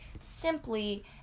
simply